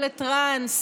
או לטרנס,